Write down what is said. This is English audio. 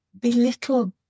belittle